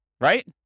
Right